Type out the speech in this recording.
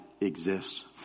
exists